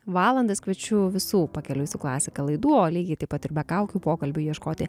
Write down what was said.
valandas kviečiu visų pakeliui su klasika laidų o lygiai taip pat ir be kaukių pokalbių ieškoti